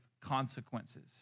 consequences